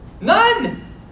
None